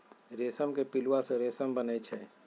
रेशम के पिलुआ से रेशम बनै छै